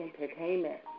entertainment